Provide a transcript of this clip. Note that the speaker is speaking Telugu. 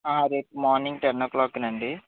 రేపు మార్నింగ్ టెన్ ఓ క్లాక్ కి అండీ